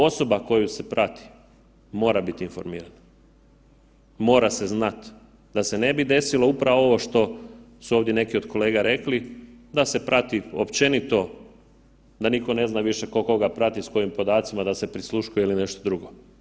Osoba koju se prati mora bit informirana, mora se znat da se ne bi desilo upravo ovo što su ovdje neki od kolega rekli da se prati općenito da niko ne zna više ko koga prati s kojim podacima da se prisluškuje ili nešto drugo.